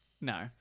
No